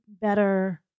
better